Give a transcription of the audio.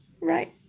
right